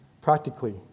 practically